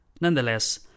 Nonetheless